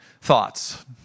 thoughts